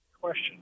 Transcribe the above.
question